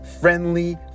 friendly